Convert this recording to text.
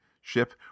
ship